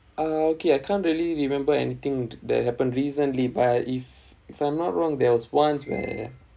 okay I can't really remember anything that happened recently but if if I'm not wrong there was once where